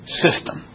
system